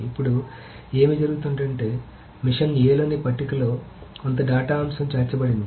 ఇప్పుడు ఏమి జరుగుతుందంటే మెషిన్ a లోని పట్టికలో కొంత డేటా అంశం చేర్చబడింది